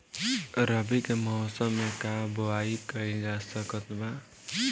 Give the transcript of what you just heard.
रवि के मौसम में का बोआई कईल जा सकत बा?